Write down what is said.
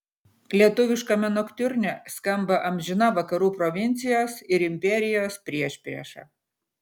lietuviškame noktiurne skamba amžina vakarų provincijos ir imperijos priešprieša